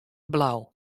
blau